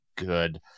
good